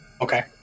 Okay